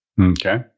Okay